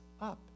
up